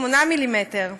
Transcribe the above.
8 מ"מ.